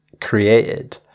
created